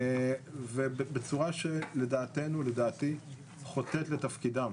בצורה שלדעתנו, לדעתי, חוטאת לתפקידם,